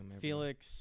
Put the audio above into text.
Felix